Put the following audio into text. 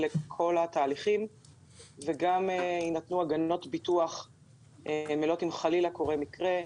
לכל התהליכים וגם מכיוון שיינתנו הגנות ביטוח מלאות אם חלילה יקרה מקרה.